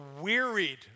wearied